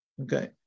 Okay